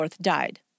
died